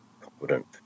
confident